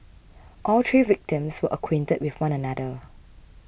all three victims were acquainted with one another